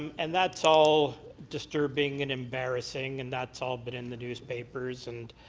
and that's all disturbing and embarrassing and that's all but in the newspapers and